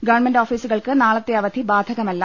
government ഓഫീസുകൾക്ക് നാളത്തെ അവധി ബാധകമല്ല